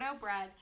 bread